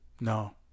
no